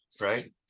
Right